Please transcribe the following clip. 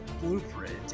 blueprint